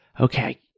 okay